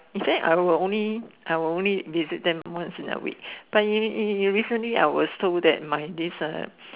he say I will only I will only visit them once a week but he recently I was told that my this uh